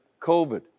COVID